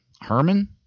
Herman